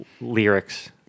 lyrics